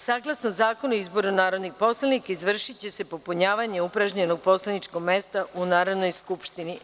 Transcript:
Saglasno Zakonu o izboru narodnih poslanika, izvršiće se popunjavanje upražnjenog poslaničkog mesta u Narodnoj skupštini.